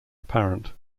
apparent